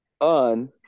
On